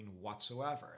whatsoever